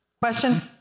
Question